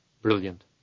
brilliant